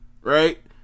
Right